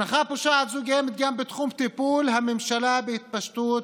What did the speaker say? הזנחה פושעת זו קיימת גם בתחום טיפול הממשלה בהתפשטות